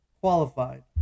qualified